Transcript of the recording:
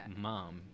mom